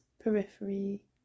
periphery